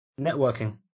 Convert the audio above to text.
Networking